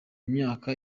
myaka